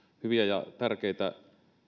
hyviä ja tärkeitä